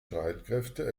streitkräfte